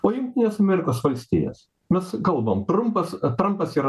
o jungtines amerikos valstijas mes kalbam trumpas trampas yra